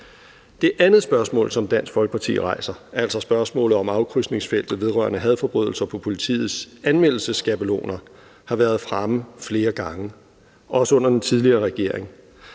Det andet spørgsmål, som Dansk Folkeparti rejser, altså spørgsmålet om afkrydsningsfeltet vedrørende hadforbrydelser på politiets anmeldelsesskabeloner, har været fremme flere gange – også under den tidligere regering.